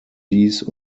dies